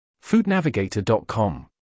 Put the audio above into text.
FoodNavigator.com